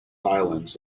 islands